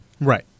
right